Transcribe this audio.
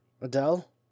Adele